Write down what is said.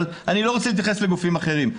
אבל אני לא רוצה להתייחס לגופים אחרים.